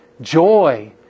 joy